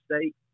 state